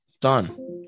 Done